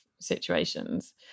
situations